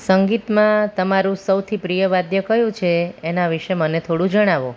સંગીતમાં તમારું સૌથી પ્રિય વાદ્ય કયું છે એનાં વિષે મને થોડું જણાવો